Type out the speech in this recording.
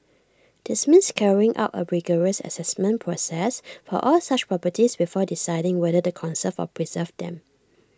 this means carrying out A rigorous Assessment process for all such properties before deciding whether to conserve or preserve them